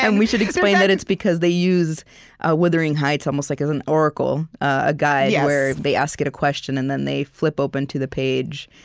and we should explain that it's because they use ah wuthering heights almost like as an oracle, a guide, where they ask it a question, and then they flip open to the page,